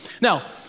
Now